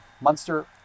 Munster